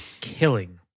killing